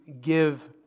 give